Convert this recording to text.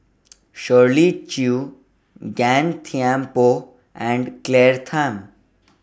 Shirley Chew Gan Thiam Poh and Claire Tham